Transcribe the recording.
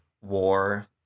war